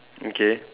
okay